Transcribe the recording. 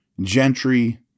Gentry